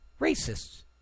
racists